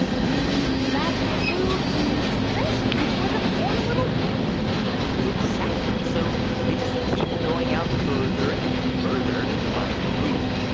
meaning less food and nutrition for the poor, little bees exactly. so they just keep going out further and further to find food.